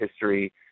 history